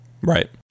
right